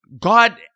God